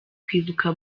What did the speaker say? kwibuka